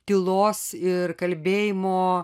tylos ir kalbėjimo